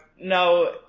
no